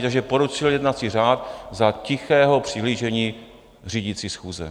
Takže porušil jednací řád za tichého přihlížení řídící schůze.